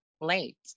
Late